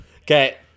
Okay